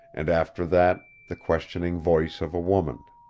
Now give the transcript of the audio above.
and after that the questioning voice of a woman.